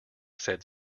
said